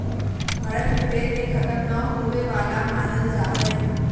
भारत में पेड़ के खतम नय होवे वाला मानल जा हइ